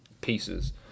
pieces